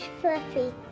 Fluffy